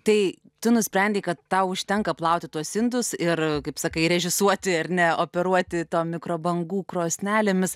tai tu nusprendei kad tau užtenka plauti tuos indus ir kaip sakai režisuoti ar ne operuoti tom mikrobangų krosnelėmis